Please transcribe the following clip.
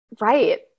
Right